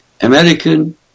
American